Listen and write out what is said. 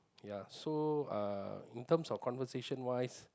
ya so uh in terms of conversation wise